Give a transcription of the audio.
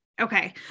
Okay